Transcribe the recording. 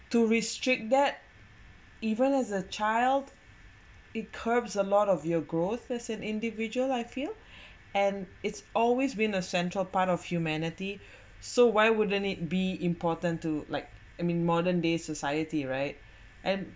to restrict that even as a child it curbs a lot of your growth as an individual I feel and it's always been a central part of humanity so why wouldn't it be important to like I mean modern day society right and